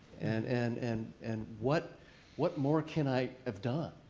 and and and and what what more can i have done?